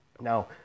Now